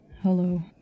Hello